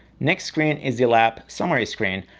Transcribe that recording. next screen is the lap summary screen.